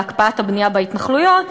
להקפאת הבנייה בהתנחלויות,